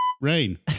...rain